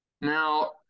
Now